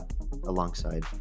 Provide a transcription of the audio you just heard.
alongside